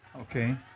okay